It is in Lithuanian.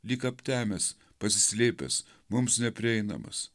lyg aptemęs pasislėpęs mums neprieinamas